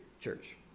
Church